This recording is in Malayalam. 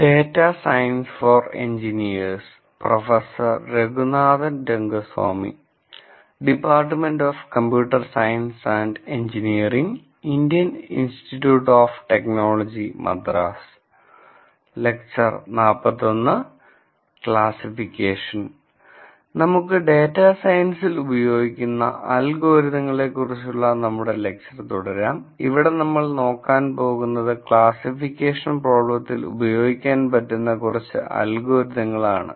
ക്ലാസ്സിഫിക്കേഷൻ നമുക്ക് ഡാറ്റാ സയൻസിൽ ഉപയോഗിക്കുന്ന അൽഗോരിതങ്ങളെക്കുറിച്ചുള്ള നമ്മുടെ ലെക്ചർ തുടരാം ഇവിടെ നമ്മൾ നോക്കാൻ പോകുന്നത് ക്ലാസ്സിഫിക്കേഷൻ പ്രോബ്ലെത്തിൽ ഉപയോഗിക്കാൻ പറ്റുന്ന കുറച്ചു അൽഗോരിതങ്ങൾ ആണ്